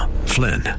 Flynn